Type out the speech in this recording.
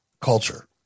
culture